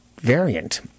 variant